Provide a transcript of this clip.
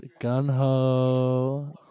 Gunho